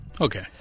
Okay